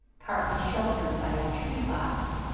partly sheltered by a tree box.